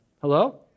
Hello